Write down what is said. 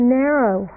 narrow